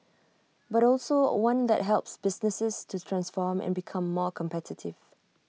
but also one that helps businesses to transform and become more competitive